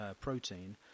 protein